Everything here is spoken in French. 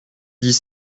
dix